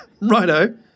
Righto